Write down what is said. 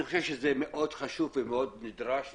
זה מאוד חשוב, נדרש ומשמעותי.